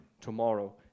tomorrow